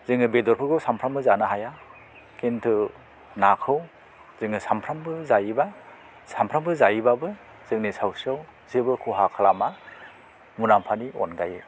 जोङो बेदरफोरखौ सानफ्रोमबो जानो हाया खिन्थु नाखौ जोङो सानफ्रोमबो जायोबा सानफ्रोमबो जायोबाबो जोंनि सावस्रिआव जेबो खहा खालामा मुलाम्फानि अनगायै